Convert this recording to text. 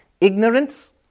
Ignorance